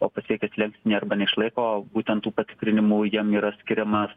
o pasiekia slenkstinį arba neišlaiko būtent tų patikrinimų jiem yra skiriamas